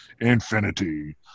infinity